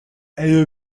elle